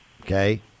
Okay